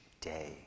day